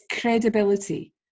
credibility